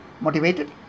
Motivated